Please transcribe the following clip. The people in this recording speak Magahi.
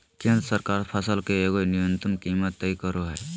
केंद्र सरकार फसल के एगो न्यूनतम कीमत तय करो हइ